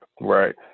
Right